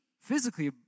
physically